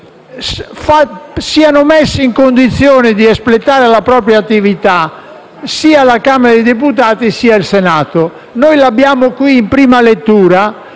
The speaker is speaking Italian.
siano messi nelle condizioni di espletare la propria attività sia la Camera dei deputati che il Senato. Noi abbiamo qui il provvedimento